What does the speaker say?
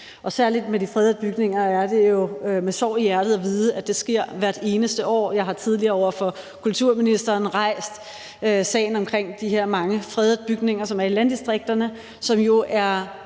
Og særlig med de fredede bygninger er det jo med sorg i hjertet, at man ved, at det sker hvert eneste år. Jeg har tidligere over for kulturministeren rejst sagen omkring de her mange fredede bygninger, som er i landdistrikterne, som jo er